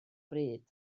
bryd